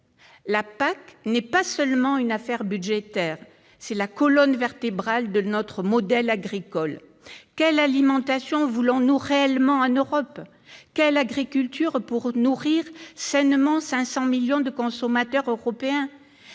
La PAC n'est pas seulement une affaire budgétaire : c'est la colonne vertébrale de notre modèle agricole. Quelle alimentation voulons-nous réellement en Europe ? Quelle agriculture pour nourrir sainement 500 millions de consommateurs européens ?